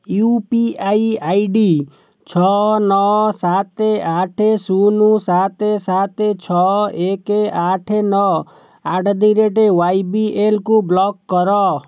you P I I D ଛଅ ନଅ ସାତ ଆଠ ଶୂନ ସାତ ସାତ ଛଅ ଏକ ଆଠ ନଅ ଆଟ୍ ଦି ରେଟ୍ ୱାଇବିଏଲ୍କୁ ବ୍ଲକ୍ କର